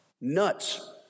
Nuts